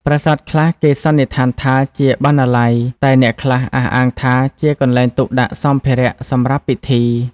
ប្រាសាទខ្លះគេសន្និដ្ឋានថាជាបណ្ណាល័យ តែអ្នកខ្លះអះអាងថាជាកន្លែងទុកដាក់សម្ភារៈសម្រាប់ពិធី។